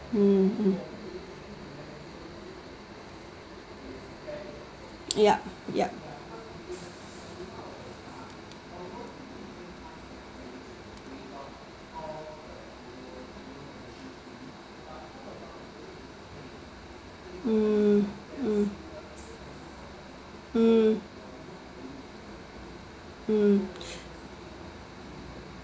mm mm yup yup mm mm mm mm